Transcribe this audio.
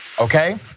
okay